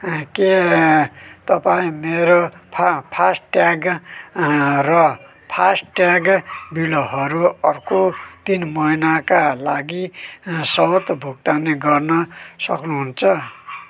के तपाईँ मेरो फास फासट्याग र फासट्याग बिलहरू अर्को तिन महिनाका लागि अँ स्वतः भुक्तानी गर्न सक्नु हुन्छ